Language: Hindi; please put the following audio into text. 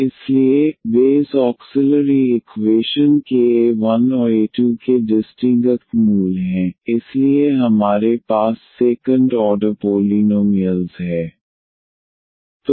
इसलिए वे इस ऑक्सिलरी इक्वेशन के a1 और a2 के डिस्टिंगक्ट मूल हैं इसलिए हमारे पास सेकंड ऑर्डर पोलीनोमिअल्स है